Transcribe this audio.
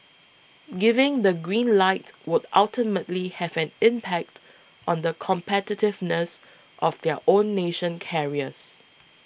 giving the green light would ultimately have an impact on the competitiveness of their own nation carriers